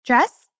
Dress